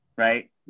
Right